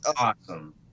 awesome